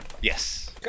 Yes